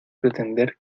pretender